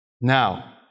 Now